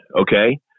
Okay